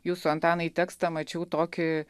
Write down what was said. jūsų antanai tekstą mačiau tokį